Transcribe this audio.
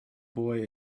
boy